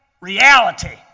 reality